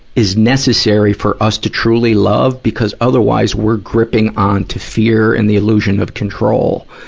is necessary for us to truly love, because otherwise we're gripping onto fear and the illusion of control.